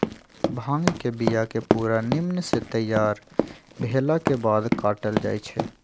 भांग के बिया के पूरा निम्मन से तैयार भेलाके बाद काटल जाइ छै